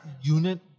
unit